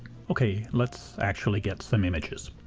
ok, let's actually get some images.